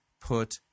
put